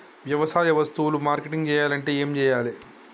వ్యవసాయ వస్తువులు మార్కెటింగ్ చెయ్యాలంటే ఏం చెయ్యాలే?